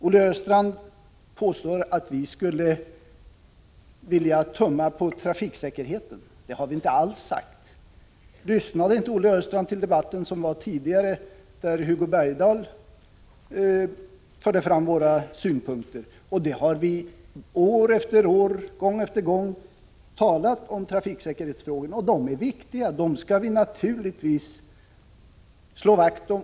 Olle Östrand påstår att vi skulle vilja tumma på trafiksäkerheten. Det har vi inte alls sagt. Lyssnade inte Olle Östrand på debatten tidigare, där Hugo Bergdahl förde fram våra synpunkter? Vi har år efter år, gång efter gång talat om trafiksäkerhetsfrågorna. De är viktiga, dem skall vi naturligtvis slå vakt om.